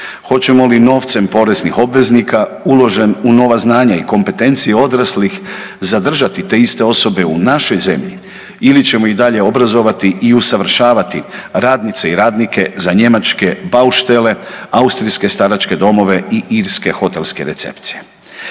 hoćemo li novcem poreznih obveznika uložen u nova znanja i kompetencije odraslih zadržati te iste osobe u našoj zemlji ili ćemo ih i dalje obrazovati i usavršavati radnice i radnike za njemačke bauštele, austrijske staračke domove i irske hotelske recepcije?